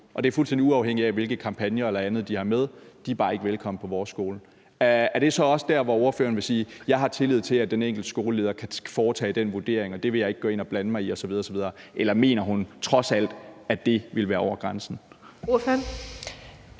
det er fuldstændig uafhængigt af, hvilke kampagner eller andet de har med; de er bare ikke er velkomne på den skole – er det så også der, hvor ordføreren vil sige: Jeg har tillid til, at den enkelte skoleleder kan foretage den vurdering; det vil jeg ikke gå ind og blande mig i osv. osv.? Eller mener hun trods alt, at det ville være over grænsen?